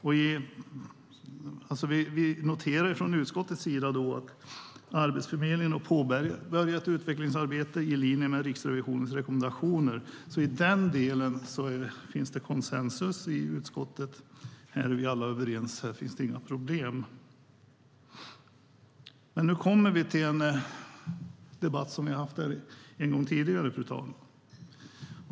Utskottet har noterat att Arbetsförmedlingen har påbörjat ett utvecklingsarbete i linje med Riksrevisionens rekommendationer. I den delen finns konsensus i utskottet, och vi är alla överens. Här finns inga problem. Nu kommer vi till en debatt som vi har haft tidigare.